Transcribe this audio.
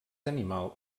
animal